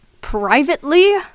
privately